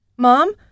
Mom